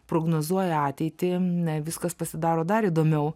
prognozuoja ateitį ne viskas pasidaro dar įdomiau